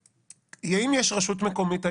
אם יש רשות מקומית היום,